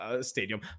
stadium